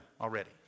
already